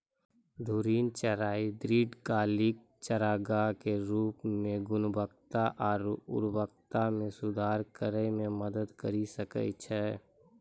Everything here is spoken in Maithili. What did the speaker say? घूर्णि चराई दीर्घकालिक चारागाह के रूपो म गुणवत्ता आरु उर्वरता म सुधार करै म मदद करि सकै छै